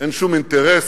אין שום אינטרס